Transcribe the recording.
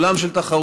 עולם של תחרות,